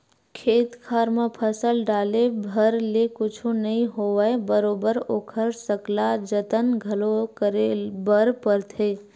खेत खार म फसल डाले भर ले कुछु नइ होवय बरोबर ओखर सकला जतन घलो करे बर परथे